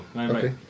Okay